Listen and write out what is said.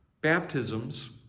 baptisms